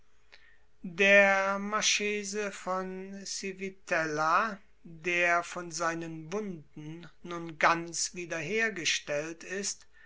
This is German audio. der marchese von civitella der von seinen wunden nun ganz wieder hergestellt ist